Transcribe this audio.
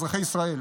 אזרחי ישראל.